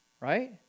right